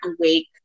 awake